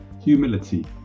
humility